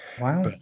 Wow